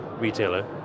retailer